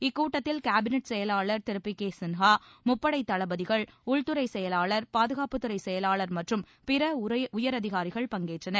இக்கூட்டத்தில் கேபினட் செயலாளர் திரு பி கே சின்ஹா முப்படை தளபதிகள் உள்துறை செயலாளர் பாதுகாப்புத்துறை செயலாளர் மற்றும் பிற உயர் அதிகாரிகள் பங்கேற்றனர்